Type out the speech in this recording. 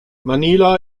manila